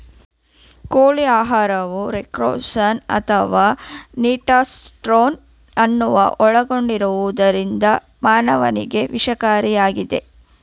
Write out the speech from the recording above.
ಕೋಳಿ ಆಹಾರವು ರೊಕ್ಸಾರ್ಸೋನ್ ಅಥವಾ ನಿಟಾರ್ಸೋನ್ ಅನ್ನು ಒಳಗೊಂಡಿರುವುದರಿಂದ ಮಾನವರಿಗೆ ವಿಷಕಾರಿಯಾಗಿದೆ